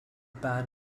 band